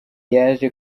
yaje